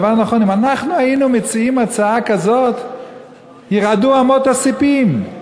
אם אנחנו היינו מציעים הצעה כזאת ירעדו אמות הספים,